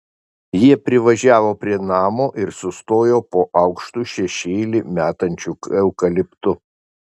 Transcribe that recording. jie privažiavo prie namo ir sustojo po aukštu šešėlį metančiu eukaliptu